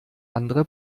andere